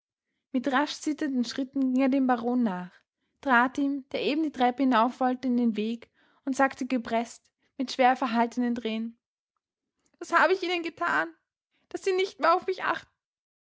mit rasch zitternden schritten ging er dem baron nach trat ihm der eben die treppe hinauf wollte in den weg und sagte gepreßt mit schwer verhaltenen tränen was habe ich ihnen getan daß sie nicht mehr auf mich achten